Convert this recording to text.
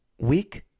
week